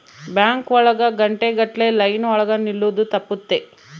bank ಒಳಗ ಗಂಟೆ ಗಟ್ಲೆ ಲೈನ್ ಒಳಗ ನಿಲ್ಲದು ತಪ್ಪುತ್ತೆ